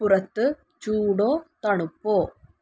പുറത്ത് ചൂടോ തണുപ്പോ